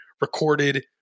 recorded